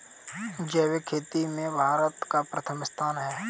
जैविक खेती में भारत का प्रथम स्थान है